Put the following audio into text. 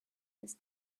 this